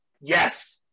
yes